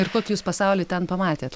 ir kokį jūs pasaulį ten pamatėt